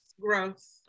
gross